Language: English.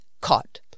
caught